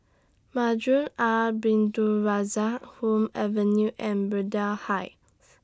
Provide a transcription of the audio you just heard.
Masjid Al Abdul Razak Hume Avenue and Braddell Heights